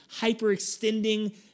hyperextending